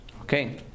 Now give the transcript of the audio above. Okay